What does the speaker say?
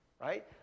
right